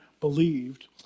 believed